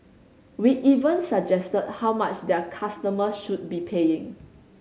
we even suggested how much their customers should be paying